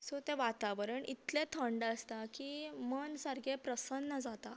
so तें वातावरण इतलें थंड आसता की मन सारकें प्रसन्न जाता